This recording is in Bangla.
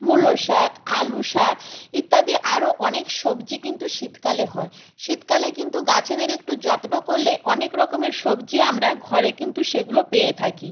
মুলো শাক আলু শাক ইত্যাদি আরও অনেক সবজি কিন্তু শীতকালে হয় শীতকালে কিন্তু গাছেদের একটু যত্ন করলে অনেক রকমের সবজি আমরা ঘরে কিন্তু সেগুলো পেয়ে থাকি